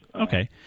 Okay